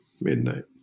Midnight